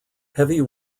heavy